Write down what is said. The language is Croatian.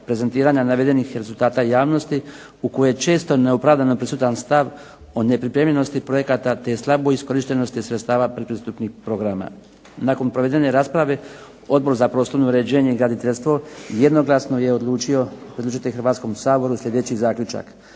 prezentiranja navedenih rezultata javnosti u kojima je često neopravdano prisutan stav o nepripremljenosti projekata, te slaboj iskorištenosti sredstava pretpristupnih programa. Nakon provedene rasprave, Odbor za prostorno uređenje i graditeljstvo jednoglasno je odlučio predložiti Hrvatskom saboru sljedeći zaključak.